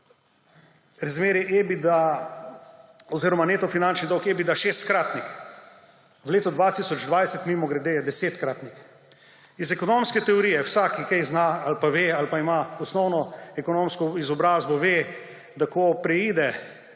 razmerje EBITDA oziroma neto finančni dolg EBITDA − šestkratnik. V letu 2020, mimogrede, je desetkratnik. Iz ekonomske teorije vsak, ki kaj zna, ali pa ve, ali pa ima osnovno ekonomsko izobrazbo, ve, da ko preide